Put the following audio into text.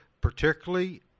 particularly